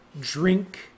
drink